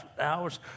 hours